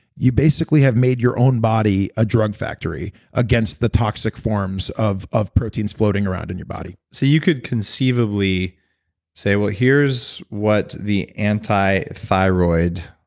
you basically have made your own body a drug factory against the toxic forms of of proteins floating around in your body you could conceivably say, well, here's what the anti-thyroid